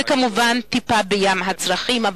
זו כמובן טיפה בים הצרכים,